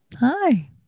Hi